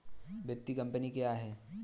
वित्तीय कम्पनी क्या है?